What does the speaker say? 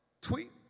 Tweet